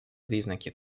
признаки